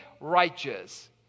righteous